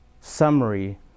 summary